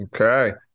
Okay